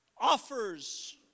offers